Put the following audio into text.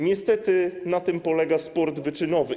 Niestety na tym polega sport wyczynowy.